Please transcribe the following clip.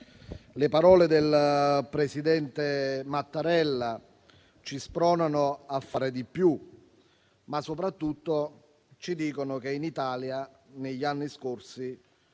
Le parole del presidente Mattarella ci spronano a fare di più, ma soprattutto ci dicono che in Italia negli anni scorsi